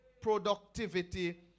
productivity